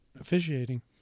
officiating